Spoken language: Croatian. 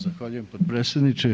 Zahvaljujem potpredsjedniče.